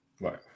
right